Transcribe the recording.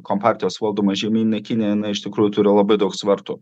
kompartijos valdoma žemynine kinija na iš tikrųjų turi labai daug svertų